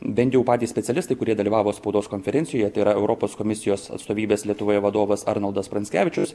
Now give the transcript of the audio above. bent jau patys specialistai kurie dalyvavo spaudos konferencijoje tai yra europos komisijos atstovybės lietuvoje vadovas arnoldas pranckevičius